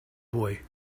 boy